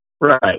Right